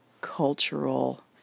cultural